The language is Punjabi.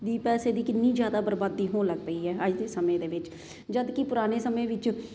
ਦੀ ਪੈਸੇ ਦੀ ਕਿੰਨੀ ਜ਼ਿਆਦਾ ਬਰਬਾਦੀ ਹੋਣ ਲੱਗ ਪਈ ਹੈ ਅੱਜ ਦੇ ਸਮੇਂ ਦੇ ਵਿੱਚ ਜਦ ਕਿ ਪੁਰਾਣੇ ਸਮੇਂ ਵਿੱਚ